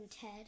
Ted